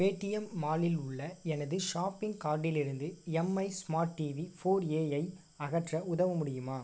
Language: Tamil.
பேடிஎம் மாலில் உள்ள எனது ஷாப்பிங் கார்ட்டிலிருந்து Mi smart TV four A ஐ அகற்ற உதவ முடியுமா